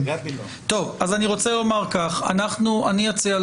זה נכון, אבל אנחנו נוהגים כמנהגנו.